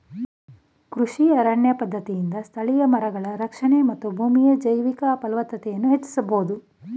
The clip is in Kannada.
ಕೃಷಿ ಅರಣ್ಯ ಪದ್ಧತಿಯಿಂದ ಸ್ಥಳೀಯ ಮರಗಳ ರಕ್ಷಣೆ ಮತ್ತು ಭೂಮಿಯ ಜೈವಿಕ ಫಲವತ್ತತೆಯನ್ನು ಹೆಚ್ಚಿಸಬೋದು